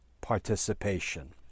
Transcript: participation